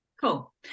Cool